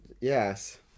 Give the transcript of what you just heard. yes